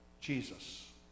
Jesus